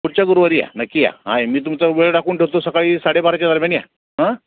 पुढच्या गुरुवारी या नक्की या आहे मी तुमचा वेळ टाकून ठेवतो सकाळी साडे बाराच्या दरम्यान या हां